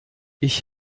ich